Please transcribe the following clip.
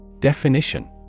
Definition